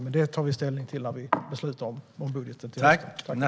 Men det tar vi ställning till när vi beslutar om budgeten.